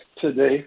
today